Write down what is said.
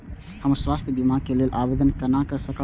हम स्वास्थ्य बीमा के लेल आवेदन केना कै सकब?